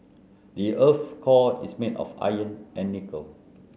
the earth's core is made of iron and nickel